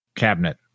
Cabinet